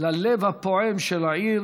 ללב הפועם של העיר,